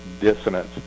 dissonance